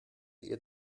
ihr